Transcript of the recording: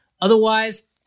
Otherwise